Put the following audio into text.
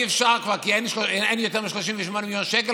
ואי-אפשר כבר כי אין יותר מ-38 מיליון שקל,